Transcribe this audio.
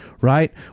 right